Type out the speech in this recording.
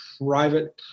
private